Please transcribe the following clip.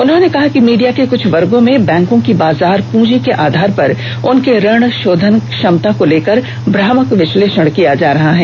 उसने कहा कि मीडिया के कृष्ठ वर्गो में बैंको की बाजार पूंजी के आधार पर उनकी ऋण शोधन क्षमता को लेकर भ्रामक विश्लेषण किया जा रहा है